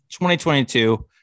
2022